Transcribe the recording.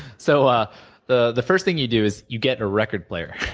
so ah the the first thing you do is you get a record player,